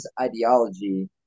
ideology